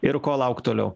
ir ko laukt toliau